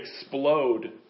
explode